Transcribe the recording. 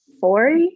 four